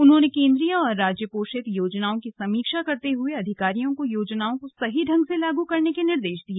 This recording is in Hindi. उन्होंने केंद्रीय और राज्य पोषित योजनाओं की समीक्षा करते हुए अधिकारियों को योजनाओं को सही ढंग से लाउएगू करने के निर्देश दिए